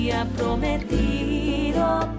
prometido